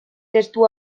testu